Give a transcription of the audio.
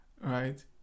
right